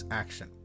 action